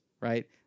right